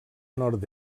nord